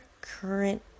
current